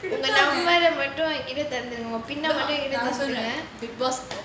உங்க:unga number ஐ மட்டும் என் கிட்ட தந்துடுங்க:ai mattum en kitte tanthudunga pin eh மட்டும்:mattum